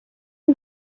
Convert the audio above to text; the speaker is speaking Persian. اون